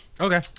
Okay